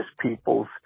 peoples